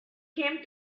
came